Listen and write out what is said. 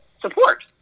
support